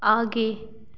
आगे